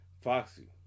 Foxy